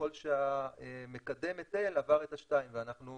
ככל שמקדם ההיטל עבר את ה-2 ואנחנו